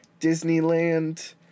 disneyland